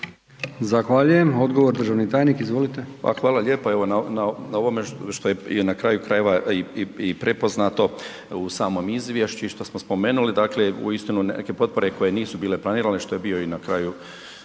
Zahvaljujem. Odgovor državni tajnik, izvolite. **Zrinušić, Zdravko** Hvala lijepa na ovome što je na kraju krajeva i prepoznato u samom izvješću i što smo spomenuli. Dakle uistinu neke potpore koje nisu bile planirane što je bio na kraju